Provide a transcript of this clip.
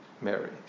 Mary